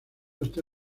está